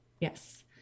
yes